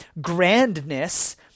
grandness